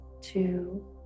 two